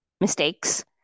mistakes